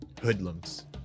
Hoodlums